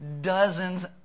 dozens